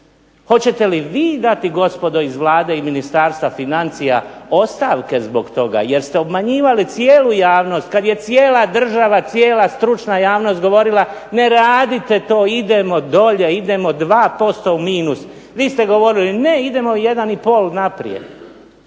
Hoćete li vi dati gospodo iz Vlade i Ministarstva financija ostavke zbog toga jer ste obmanjivali cijelu javnost kad je cijela država, cijela stručna javnost govorila ne radite to, idemo dolje, idemo 2 posto u minus. Vi ste govorili ne idemo jedan i pol naprijed.